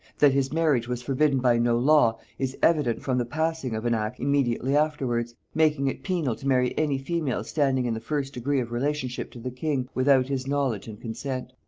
that his marriage was forbidden by no law, is evident from the passing of an act immediately afterwards, making it penal to marry any female standing in the first degree of relationship to the king, without his knowledge and consent.